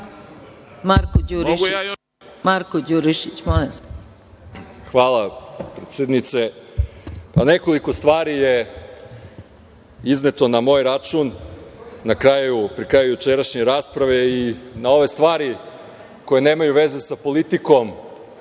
**Marko Đurišić** Hvala predsednice. Pa, nekoliko stvari je izneto na moj račun na kraju, pri kraju jučerašnje rasprave i na ove stvari koje nemaju veze sa politikom